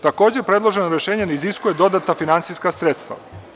Takođe, predložena rešenja ne iziskuju dodatna finansijska sredstva.